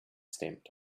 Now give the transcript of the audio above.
stamped